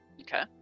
Okay